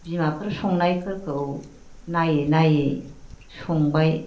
बिमाफोर संनायफोरखौ नायै नायै संबाय